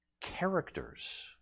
characters